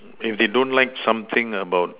if they don't like something about